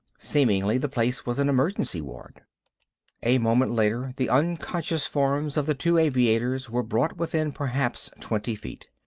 seemingly the place was an emergency-ward. a moment later the unconscious forms of the two aviators were brought within perhaps twenty feet.